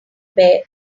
bear